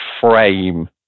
frame